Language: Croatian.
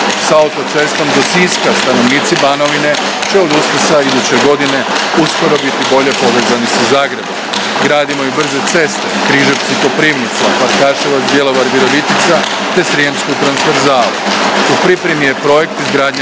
S autocestom do Siska stanovnici Banovine će od Uskrsa iduće godine uskoro biti bolje povezani sa Zagrebom. Gradimo i brze ceste Križevci – Koprivnica, Farkaševac – Bjelovar – Virovitica te srijemsku transverzalu. U pripremi je projekt izgradnje brze